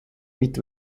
mit